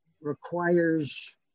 requires